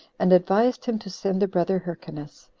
and advised him to send their brother hyrcanus,